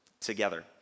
together